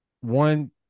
one